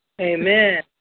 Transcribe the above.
Amen